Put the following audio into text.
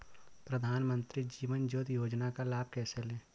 प्रधानमंत्री जीवन ज्योति योजना का लाभ कैसे लें?